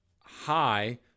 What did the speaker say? high